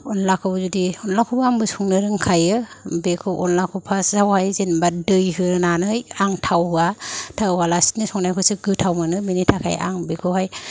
अनलाखौ जुदि अनलाखौबो आंबो संनो रोंखायो बेखौ अनलाखौ पासआवहाय जेनेबा दै होनानै आं थाव होआ थाव होआलासिनो संनायखौसो गोथाव मोनो बिनि थाखाय आं बेखौहाय